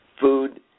food